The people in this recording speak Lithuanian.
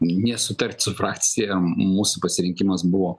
nesutart su frakcija mūsų pasirinkimas buvo